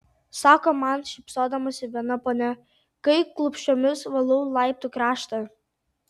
sako man šypsodamasi viena ponia kai klupsčiomis valau laiptų kraštą